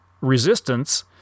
resistance